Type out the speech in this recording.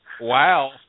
Wow